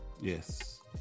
Yes